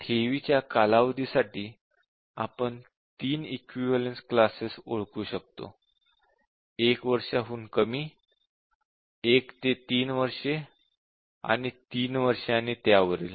ठेवीच्या कालावधीसाठी आपण तीन इक्विवलेन्स क्लासेस ओळखू शकतो 1 वर्षाहून कमी 1 ते 3 वर्ष आणि 3 वर्ष आणि त्यावरील